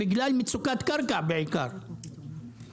בעיקר בגלל מצוקת קרקע.